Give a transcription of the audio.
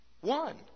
One